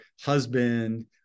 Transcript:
husband